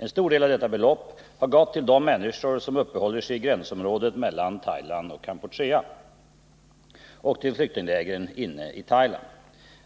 En stor del av detta belopp har gått till de människor som uppehåller sig i gränsområdet mellan Thailand och Kampuchea och till flyktinglägren inne i Thailand.